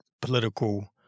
political